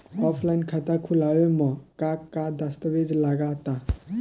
Offline खाता खुलावे म का का दस्तावेज लगा ता?